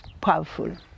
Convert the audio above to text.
powerful